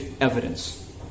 evidence